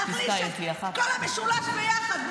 להחליש את כל המשולש ביחד.